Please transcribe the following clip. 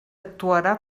actuarà